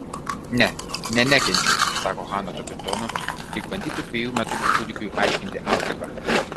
ne ne nekenčiau sako hana tokiu tonu lyg bandytų dvejų metukų kūdikiui aiškinti algebrą